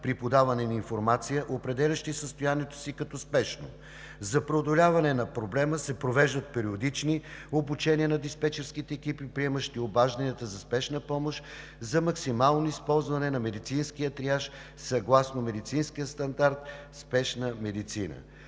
при подаване на информация, определящи състоянието си като спешно. За преодоляване на проблема се провеждат периодични обучения на диспечерските екипи, приемащи обажданията за спешна помощ, за максимално използване на медицинския триаж, съгласно медицинския стандарт „Спешна медицина“.